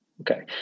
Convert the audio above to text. Okay